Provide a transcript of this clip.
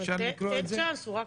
אפשר לקרוא את זה.